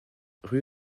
rue